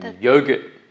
yogurt